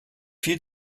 viel